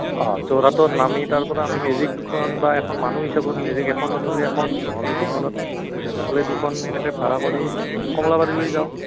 অঁ যোৰহাটত নামি তাৰ পৰা আমি মেজিক দুখন বা এখন মানুহ হিচাপত মেজিক এখনত হ'লে এখন নহ'লে দুখনত হ'লে দুখন এনেকৈ ভাড়া কৰি কমলাবাৰীলৈ যাওঁ